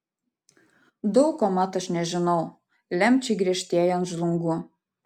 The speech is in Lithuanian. daug ko mat aš nežinau lemčiai griežtėjant žlungu